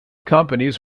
companies